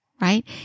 right